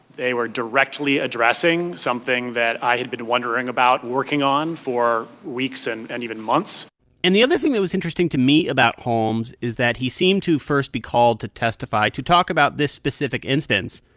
they were directly addressing something that i had been wondering about working on for weeks and and even months and the other thing that was interesting to me about holmes is that he seemed to first be called to testify to talk about this specific instance.